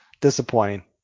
Disappointing